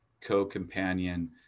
co-companion